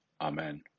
Amen